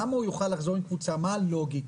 למה הוא יוכל לחזור עם קבוצה, מה הלוגיקה?